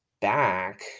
back